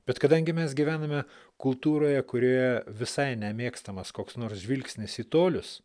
bet kadangi mes gyvename kultūroje kurioje visai nemėgstamas koks nors žvilgsnis į tolius